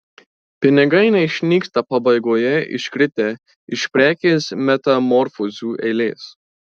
pinigai neišnyksta pabaigoje iškritę iš prekės metamorfozių eilės